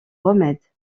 remèdes